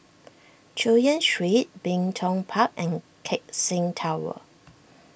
Chu Yen Street Bin Tong Park and Keck Seng Tower